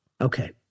Okay